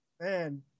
Man